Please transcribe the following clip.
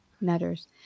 Matters